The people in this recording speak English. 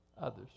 Others